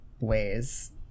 ways